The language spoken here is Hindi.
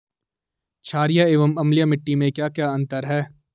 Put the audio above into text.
छारीय एवं अम्लीय मिट्टी में क्या क्या अंतर हैं?